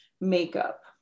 makeup